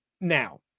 Now